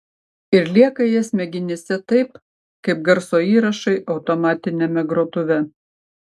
ir lieka jie smegenyse taip kaip garso įrašai automatiniame grotuve